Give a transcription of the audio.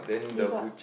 they got